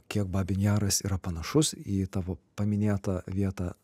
kiek babyn jaras yra panašus į tavo paminėtą vietą